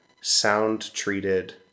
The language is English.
sound-treated